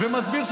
אתה מחוק.